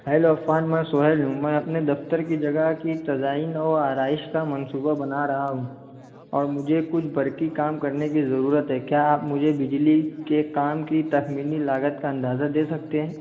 hello Affan میں سہیل ہوں میں اپنے دفتر کی جگہ کی تزئین و آرائش کا منصوبہ بنا رہا ہوں اور مجھے کچھ برقی کام کرنے کی ضرورت ہے کیا آپ مجھے بجلی کے کام کی تخمینی لاگت کا اندازہ دے سکتے ہیں